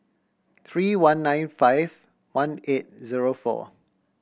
three one nine five one eight zero four